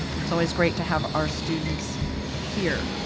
it's always great to have our students here.